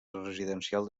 residencial